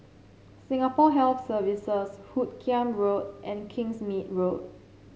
Singapore Health Services Hoot Kiam Road and Kingsmead Road